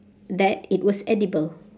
that it was edible